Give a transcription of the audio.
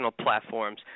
platforms